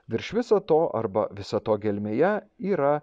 virš viso to arba visa to gelmėje yra